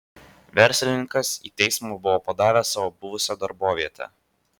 verslininkas į teismą buvo padavęs savo buvusią darbovietę